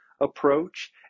approach